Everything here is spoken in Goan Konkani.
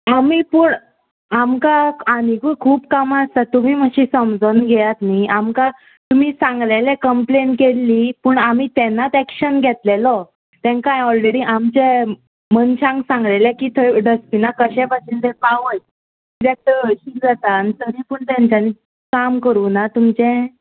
आमी पूण आमकां आनिकूय खूब कामां आसात तुमी मातशी समजोन घेयात न्ही आमकां तुमी सांगलेलें कंप्लेन केल्ली पूण आमी तेन्नाच एक्शन घेतलेलो तेंकां हांयें ऑलरेडी आमच्या मनशांक सांगलेलें की थंय डस्टबिनां कश्या भशेन थंय पावय किद्याक थंय हळशीक जाता आनी तरी पूण तेंच्यांनी काम करूना तुमचें